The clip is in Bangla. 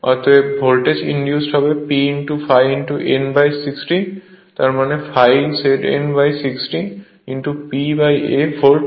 অতএব ভোল্টেজ ইন্ডিউজড হবে P ∅ N 60 তার মানে ∅ ZN 60 P A ভোল্ট